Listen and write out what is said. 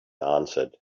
answered